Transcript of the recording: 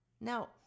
Now